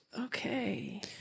okay